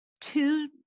two